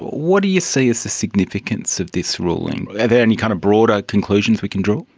what do you see is the significance of this ruling? there any kind of broader conclusions we can draw?